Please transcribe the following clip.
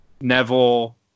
Neville